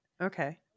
Okay